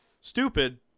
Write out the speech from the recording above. Stupid